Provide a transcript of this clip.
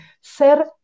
ser